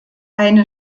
eine